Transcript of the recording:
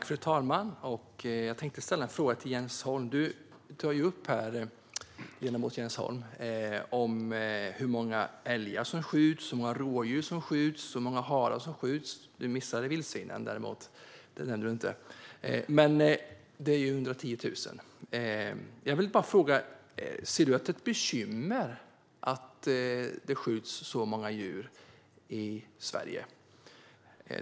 Fru talman! Jag vill ställa en fråga till dig, Jens Holm. Du tog upp hur många älgar, hur många rådjur och hur många harar som skjuts. Du missade däremot vildsvinen. Men det är 110 000. Tycker du att det är ett bekymmer att det skjuts så många djur i Sverige?